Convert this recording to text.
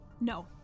No